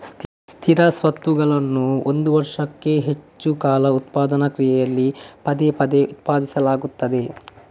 ಸ್ಥಿರ ಸ್ವತ್ತುಗಳನ್ನು ಒಂದು ವರ್ಷಕ್ಕೂ ಹೆಚ್ಚು ಕಾಲ ಉತ್ಪಾದನಾ ಪ್ರಕ್ರಿಯೆಗಳಲ್ಲಿ ಪದೇ ಪದೇ ಉತ್ಪಾದಿಸಲಾಗುತ್ತದೆ